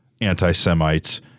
anti-Semites